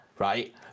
Right